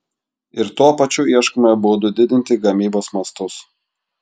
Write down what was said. ir tuo pačiu ieškome būdų didinti gamybos mastus